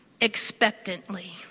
expectantly